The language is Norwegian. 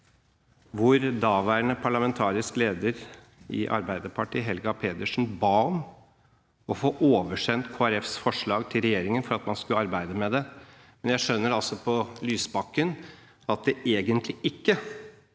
hvor daværende parlamentarisk leder i Arbeiderpartiet, Helga Pedersen, ba om å få oversendt Kristelig Folkepartis forslag til regjeringen for at man skulle arbeide med det. Jeg skjønner altså på Lysbakken at det egentlig heller